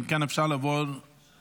אם כן, אפשר לעבור להצבעה.